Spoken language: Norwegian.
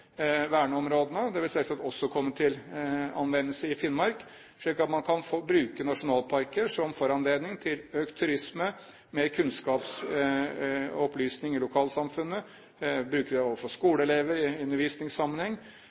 komme til anvendelse i Finnmark, slik at man kan bruke nasjonalparker som foranledning til økt turisme, mer opplysning i lokalsamfunnet, bruke dem overfor skoleelever i undervisningssammenheng,